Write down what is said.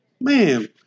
Man